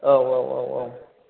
औ औ औ औ